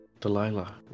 Delilah